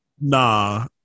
nah